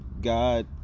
God